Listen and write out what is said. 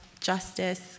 justice